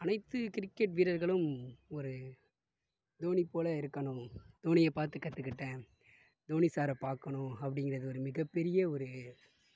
அனைத்து கிரிக்கெட் வீரர்களும் ஒரு தோனிப்போல இருக்கணும் தோனியப்பார்த்து கற்றுக்கிட்டேன் தோணி சாரை பார்க்கணும் அப்படிங்குற ஒரு மிகப்பெரிய ஒரு